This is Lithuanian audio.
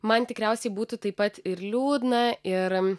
man tikriausiai būtų taip pat ir liūdna ir